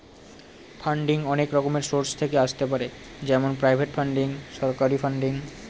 funding অনেক রকমের source থেকে আসতে পারে যেমন প্রাইভেট ফান্ডিং, সরকারি ফান্ডিং